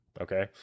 Okay